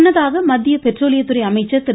முன்னதாக மத்திய பெட்ரோலியத்துறை அமைச்சர் திரு